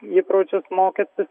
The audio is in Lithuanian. įpročius mokytis